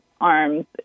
arms